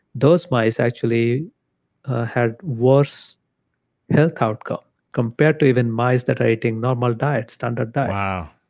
those mice actually had worse health outcomes compared to even mice that are eating normal diet, standard diet. wow.